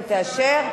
אם תאשר.